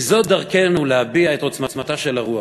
כי זאת דרכנו להביע את עוצמתה של הרוח.